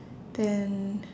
then